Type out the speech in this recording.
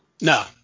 No